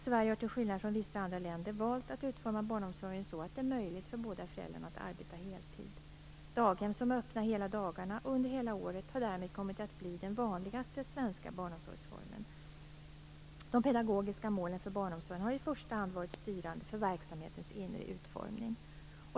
Sverige har till skillnad från vissa andra länder valt att utforma barnomsorgen så att det är möjligt för båda föräldrarna att arbeta heltid. Daghem som är öppna hela dagarna och under hela året har därmed kommit att bli den vanligaste svenska barnomsorgsformen. De pedagogiska målen för barnomsorgen har i första hand varit styrande för verksamhetens inre utformning.